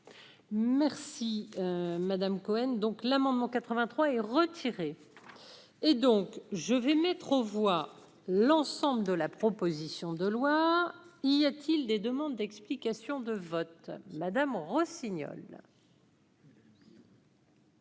Merci Madame Cohen donc l'amendement 83 et retiré, et donc je vais mettre aux voix l'ensemble de la proposition de loi, y a-t-il des demandes d'explications de vote Madame Rossignol.